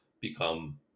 become